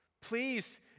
Please